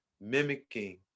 mimicking